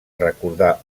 recordar